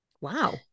Wow